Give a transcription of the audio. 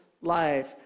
life